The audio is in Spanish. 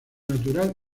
natural